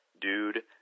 Dude